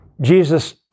Jesus